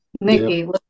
Nikki